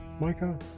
Micah